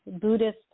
Buddhist